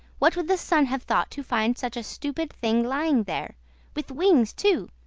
what would the sun have thought to find such a stupid thing lying there with wings too?